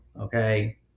Okay